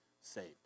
saved